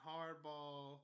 Hardball